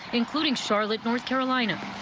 including charlotte north carolina.